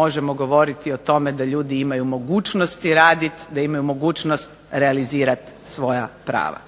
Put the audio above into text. možemo govoriti o tome da ljudi imaju mogućnosti raditi, da imaju mogućnost realizirati svoja prava.